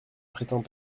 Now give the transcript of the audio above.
prétends